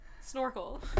snorkel